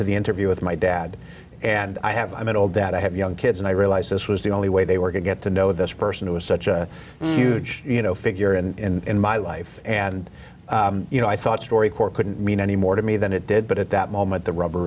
to the interview with my dad and i have i mean old that i have young kids and i realized this was the only way they were going get to know this person who is such a huge you know figure in my life and you know i thought story corps couldn't mean any more to me than it did but at that moment the rubber